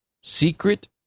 secret